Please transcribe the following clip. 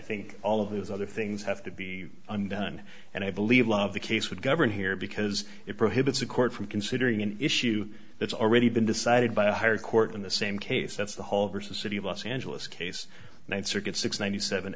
think all of these other things have to be undone and i believe love the case would govern here because it prohibits the court from considering an issue that's already been decided by a higher court in the same case that's the whole versus city of los angeles case the ninth circuit six ninety seven